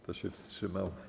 Kto się wstrzymał?